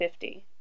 50